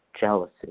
jealousy